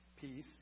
peace